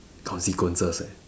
consequences eh